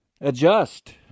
adjust